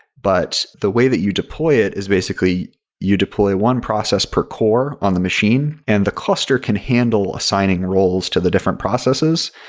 but the way that you deploy it is basically you deploy one process per core on the machine and the cluster can handle assigning roles to the different processes,